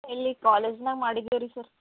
ಇಲ್ಲಿ ಕಾಲೇಜ್ನಾಗ ಮಾಡಿದ್ದೇವೆ ರೀ ಸರ್